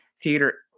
Theater